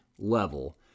level